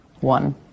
one